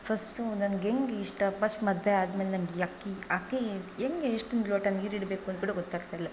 first ನನಗೆಂಗಿಷ್ಟ first ಮದುವೆ ಆದ್ಮೇಲೆ ನಂಗೆ ಅಕ್ಕಿ ಅಕ್ಕಿ ಹೆಂಗೆ ಎಷ್ಟು ಲೋಟ ನೀರಿಡಬೇಕು ಅಂತ ಕೂಡ ಗೊತ್ತಾಗ್ತಾಯಿರಲ್ಲ